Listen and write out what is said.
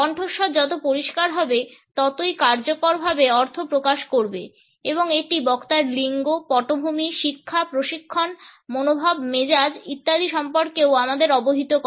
কণ্ঠস্বর যত পরিষ্কার হবে ততই কার্যকরভাবে অর্থ প্রকাশ করবে এবং এটি বক্তার লিঙ্গ পটভূমি শিক্ষা প্রশিক্ষণ মনোভাব মেজাজ ইত্যাদি সম্পর্কেও আমাদের অবহিত করে